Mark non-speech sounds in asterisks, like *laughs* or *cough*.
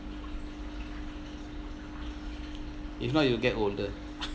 if not you'll get older *laughs*